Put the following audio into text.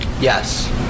Yes